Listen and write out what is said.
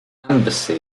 embassy